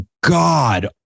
God